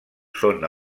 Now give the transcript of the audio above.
són